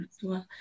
toi